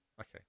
Okay